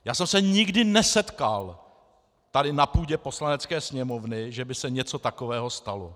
Já jsem se nikdy nesetkal tady na půdě Poslanecké sněmovny, že by se něco takového stalo.